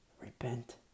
repent